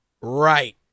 right